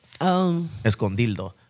Escondildo